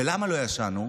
ולמה לא ישנו?